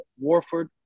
Warford